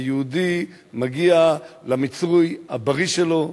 היהודי מגיע למיצוי הבריא שלו,